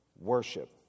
worship